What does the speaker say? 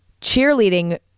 cheerleading